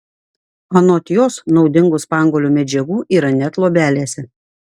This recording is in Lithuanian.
anot jos naudingų spanguolių medžiagų yra net luobelėse